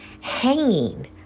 hanging